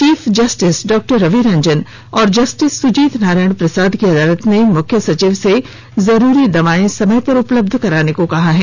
chief justice doctor Ravi Ranjan और justice Sujit Narayan Prasad की अदालत ने मुख्य सचिव से जरूरी दवाएं समय पर उपलब्ध कराने को कहा है